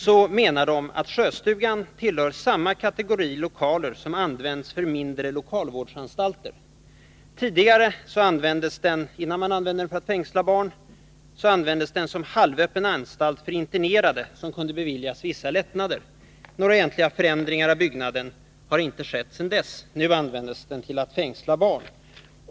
Man menar att Sjöstugan tillhör samma kategori lokaler som används för mindre lokalvårdsanstalter. Tidigare — innan den användes för att fängsla barn — användes den som halvöppen anstalt för internerade som kunde beviljas vissa lättnader. Några egentliga förändringar av byggnaden har inte skett sedan dess. Nu används den för att fängsla barn.